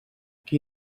qui